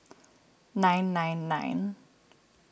nine nine nine